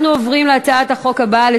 אנחנו עוברים להצעת החוק הבאה: הצעת